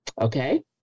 Okay